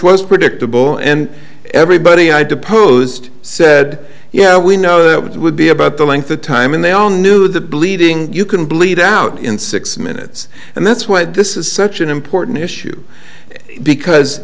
was predictable and everybody had to posed said you know we know it would be about the length of time and they all knew the bleeding you can bleed out in six minutes and that's why this is such an important issue because